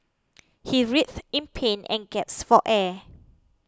he writhed in pain and gasped for air